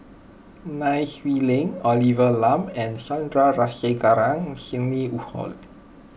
Nai Swee Leng Olivia Lum and Sandrasegaran Sidney Woodhull